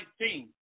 19